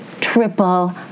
triple